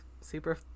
super